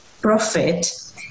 profit